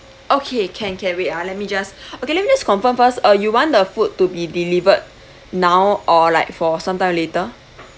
okay can can wait ah let me just okay let me just confirm first uh you want the food to be delivered now or like for sometime later